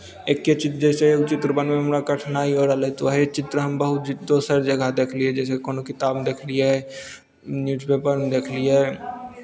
एके चित्र जैसे ओ चित्र बनबैमे हमरा कठिनाइ होय रहलै तऽ उएह चित्र हम बहुत दोसर जगह देखलियै जैसे कोनो किताबमे देखलियै न्यूजपेपरमे देखलियै